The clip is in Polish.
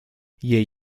jej